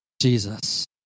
Jesus